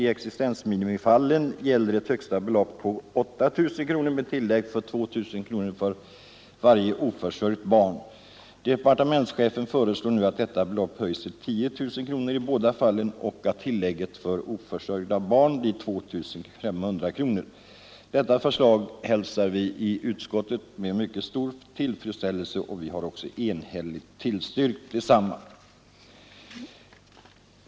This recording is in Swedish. I existensminimifallen gäller ett högsta belopp på 8 000 kronor med tillägg på 2 000 för varje oförsörjt barn. Departementschefen föreslår att detta belopp höjs till 10 000 kronor i båda fallen och att tillägget för oförsörjda barn blir 2500 kronor. Detta förslag hälsar vi i utskottet med mycket stor tillfredsställelse, och vi har också enhälligt tillstyrkt detsamma.